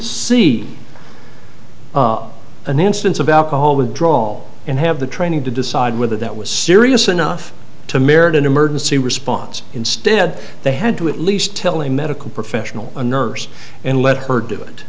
see an instance of alcohol withdraw and have the training to decide whether that was serious enough to merit an emergency response instead they had to at least tell a medical professional a nurse and let her do it